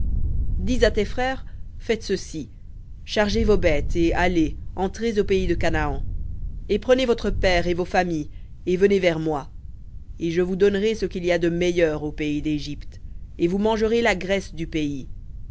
dis à tes frères faites ceci chargez vos bêtes et allez entrez au pays de canaan et prenez votre père et vos familles et venez vers moi et je vous donnerai ce qu'il y a de meilleur au pays d'égypte et vous mangerez la graisse du pays